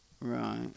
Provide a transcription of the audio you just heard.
Right